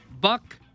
Buck